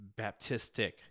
Baptistic